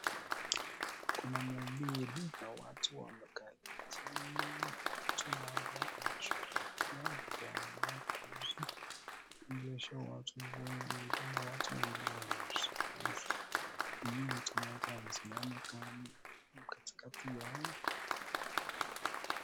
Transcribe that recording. Kuna mhubiri na watu wamekalia chini. Mtu mmoja ameshughulikia kuwaongelesha watu wengi na watu wengine wanamsikiliza. Huyo mtu mmoja amesimama kando katikati yao.